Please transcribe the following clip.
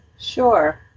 Sure